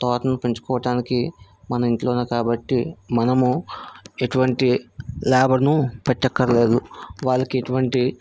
తోటను పెంచుకోవటానికి మన ఇంట్లోనే కాబట్టి మనము ఎటువంటి లేబర్ను పెట్టక్కర్లేదు వాళ్ళకి ఎటువంటి